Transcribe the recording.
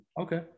Okay